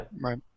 Right